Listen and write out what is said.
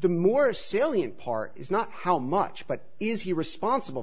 the more salient part is not how much but is he responsible